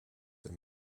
and